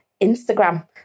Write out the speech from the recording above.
Instagram